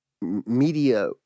media